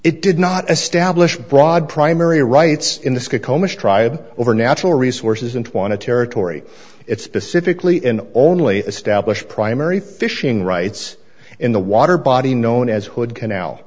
it did not establish broad primary rights in the tribe over natural resources and want to territory it specifically in only established primary fishing rights in the water body known as hood canal